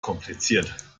kompliziert